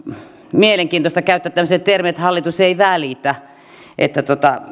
mielenkiintoista käyttää tämmöisiä termejä että hallitus ei välitä niin että